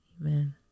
amen